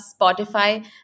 Spotify